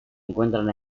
encuentran